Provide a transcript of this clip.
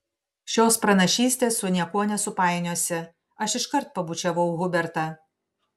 šios pranašystės su niekuo nesupainiosi aš iškart pabučiavau hubertą